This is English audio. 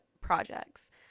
Projects